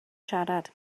siarad